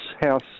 house